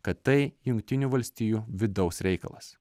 kad tai jungtinių valstijų vidaus reikalas